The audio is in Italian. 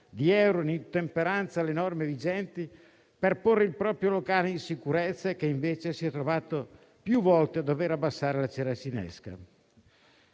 di euro per ottemperare alle norme vigenti e porre il proprio locale in sicurezza, si sono trovati più volte a dover abbassare la saracinesca.